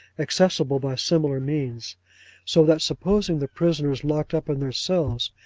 accessible by similar means so that supposing the prisoners locked up in their cells,